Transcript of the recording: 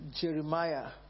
Jeremiah